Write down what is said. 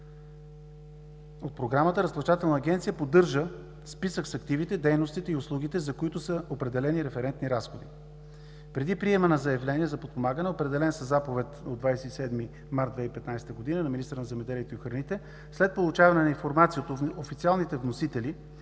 от програмата Разплащателната агенция поддържа списък с активите, дейностите и услугите, за които са определени референтни разходи. Преди приема на заявления за подпомагане, определен със Заповед от 27 март 2015 г. на министъра на земеделието и храните, след получаване на информация от официалните вносители